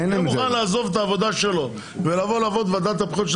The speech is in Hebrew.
כדי שיהיה מוכן לעזוב את העבודה שלו ולבוא לעבוד בוועדת הבחירות,